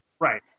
Right